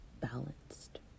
balanced